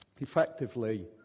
Effectively